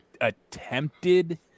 attempted